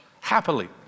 happily